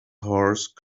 horse